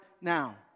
now